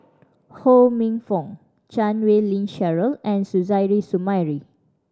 Ho Minfong Chan Wei Ling Cheryl and Suzairhe Sumari